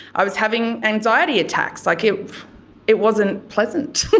i was having anxiety attacks. like it it wasn't pleasant.